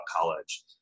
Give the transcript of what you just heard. college